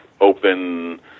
open